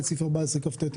איסור העברה14לא.(א)